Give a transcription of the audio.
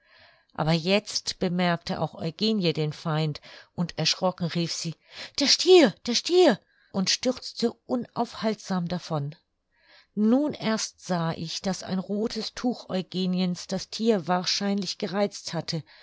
aber jetzt bemerkte auch eugenie den feind und erschrocken rief sie der stier der stier und stürzte unaufhaltsam davon nun erst sah ich daß ein rothes tuch eugeniens das thier wahrscheinlich gereizt hatte